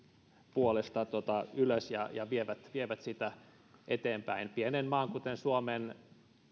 puolesta ylös ja ja vievät vievät sitä eteenpäin pienen maan kuten suomen